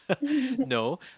no